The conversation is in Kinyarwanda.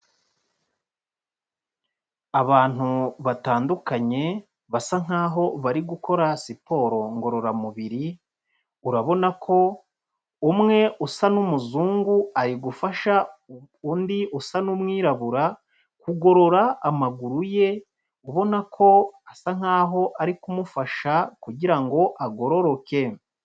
Abantu batandukanye basa nkaho bari gukora siporo ngororamubiri, urabona ko umwe usa n'umuzungu ari gufasha undi usa n'umwirabura kugorora amaguru ye, ubona ko asa nkaho ari kumufasha kugira ngo agororoke.